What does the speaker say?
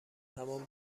همان